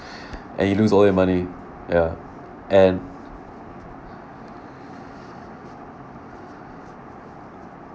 and you lose all your money ya and